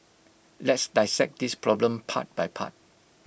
let's dissect this problem part by part